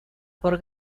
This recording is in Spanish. por